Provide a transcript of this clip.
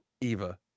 Eva